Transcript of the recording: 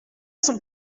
son